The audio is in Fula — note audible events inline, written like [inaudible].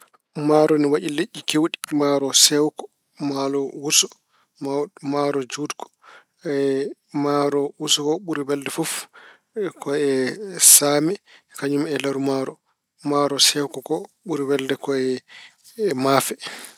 Maaroni waɗii leƴƴi keewɗi maaro sewko, maaro wuso, maw- maaro juutko. [hesitation] maaro wuso o bɓuri welde fof ko e same, kañum e loru maaro. Maaro sewko ko ɓuri welde ko e [hesitation] maafe.